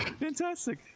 Fantastic